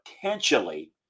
potentially